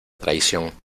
traición